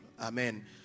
Amen